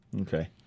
okay